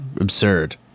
absurd